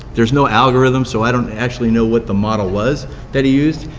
there's no algorithms, so i don't actually know what the model was that he used.